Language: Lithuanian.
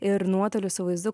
ir nuotoliu su vaizdu